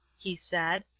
he said.